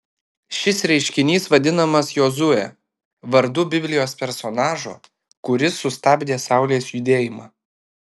šis reiškinys vadinamas jozue vardu biblijos personažo kuris sustabdė saulės judėjimą